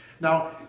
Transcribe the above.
Now